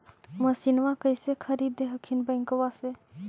मसिनमा कैसे खरीदे हखिन बैंकबा से?